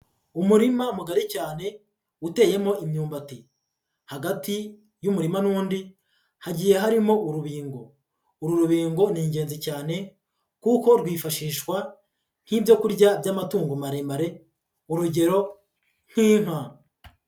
Umurima mugari cyane uteyemo imyumbati, hagati y'umurima n'undi hagiye harimo urubingo, uru rubingo ni ingenzi cyane kuko rwifashishwa nk'ibyo kurya by'amatungo maremare urugero nk'inka.